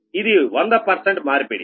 ఇది 100 మార్పిడి